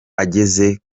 ageze